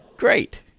Great